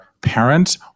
parents